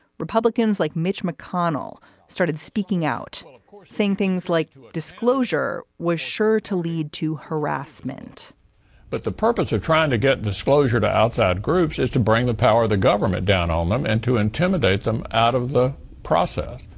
republicans like mitch mcconnell started speaking out saying things like disclosure was sure to lead to harassment but the purpose of trying to get disclosure to outside groups is to bring the power of the government down on them and to intimidate them out of the process.